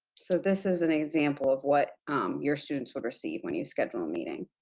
so, this is an example of what your students would receive when you schedule a meeting.